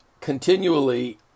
continually